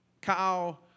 cow